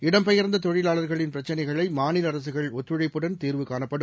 இடம்பெயர்ந்த தொழிலாளர்களின் பிரச்சினைகளை மாநில அரசுகள் ஒத்துழைப்புடன் தீர்வு காணப்படும்